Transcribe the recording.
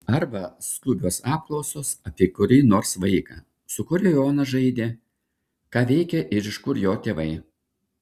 arba skubios apklausos apie kurį nors vaiką su kuriuo jonas žaidė ką veikia ir iš kur jo tėvai